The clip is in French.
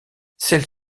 celle